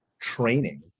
training